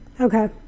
Okay